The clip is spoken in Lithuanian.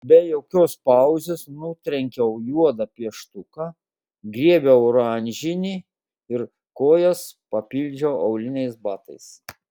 be jokios pauzės nutrenkiau juodą pieštuką griebiau oranžinį ir kojas papildžiau auliniais batais